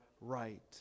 right